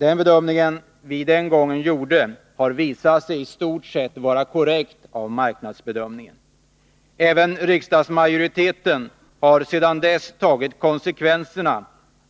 Den marknadsbedömning vi den gången gjorde har visat sig i stort sett vara korrekt. Även riksdagsmajoriteten har sedan dess tagit konsekvenserna